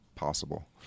possible